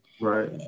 Right